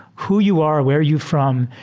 who you are, where you from.